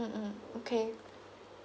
mmhmm okay